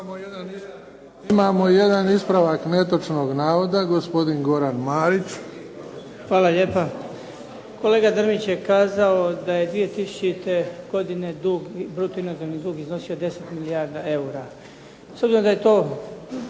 Imamo jedan ispravak netočnog navoda, gospodin Goran Marić. **Marić, Goran (HDZ)** Hvala lijepo. Kolega Drmić je kazao da je 2000. godine bruto inozemni dug iznosio 10 milijardi eura.